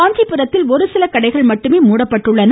காஞ்சிபுரத்தில் ஒரு சில கடைகள் மட்டுமே மூடப்பட்டுள்ளன